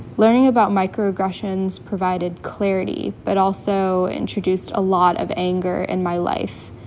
learning about microaggressions provided clarity but also introduced a lot of anger in my life.